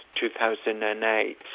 2008